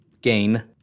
gain